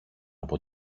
από